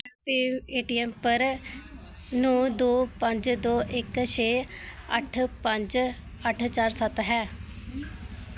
केह् Paytm पर नौ दो पंज दो इक छे अट्ठ पंज अट्ठ चार सत्त है